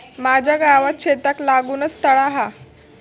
माझ्या गावात शेताक लागूनच तळा हा